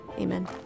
Amen